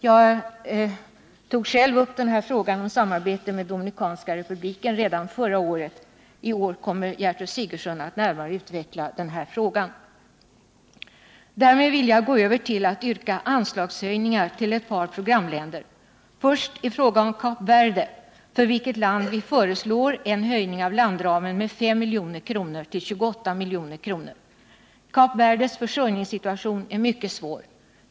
Jag tog redan förra året själv upp frågan om samarbete med Dominikanska republiken. I år kommer Gertrud Sigurdsen att närmare utveckla den här frågan. Därmed vill jag gå över till att yrka på anslagshöjningar till ett par programländer. Jag vill börja med Kap Verde, för vilket land vi föreslår en höjning av landramen med 5 milj.kr. till 28 milj.kr. Kap Verdes försörjningssituation är mycket svår.